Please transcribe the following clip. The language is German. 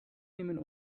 nehmen